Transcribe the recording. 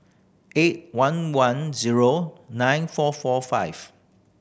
eight one one zero nine four four five